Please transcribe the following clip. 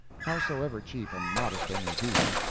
howsoever cheap and modest they may be,